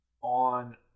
on